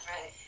right